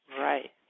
Right